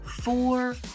four